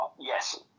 Yes